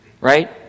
right